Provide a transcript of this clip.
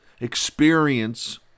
Experience